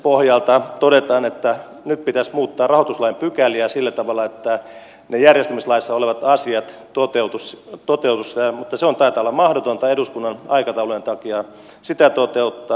virkamiespohjalta todetaan että nyt pitäisi muuttaa rahoituslain pykäliä sillä tavalla että ne järjestämislaissa olevat asiat toteutuisivat mutta taitaa olla mahdotonta eduskunnan aikataulujen takia sitä toteuttaa